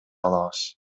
алабыз